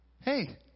Hey